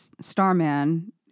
Starman